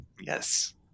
Yes